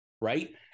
right